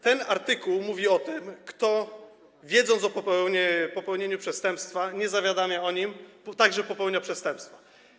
Ten artykuł mówi o tym, że kto wiedząc o popełnieniu przestępstwa, nie zawiadamia o nim, także popełnia przestępstwo.